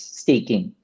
staking